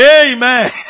Amen